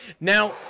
Now